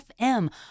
FM